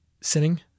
sinning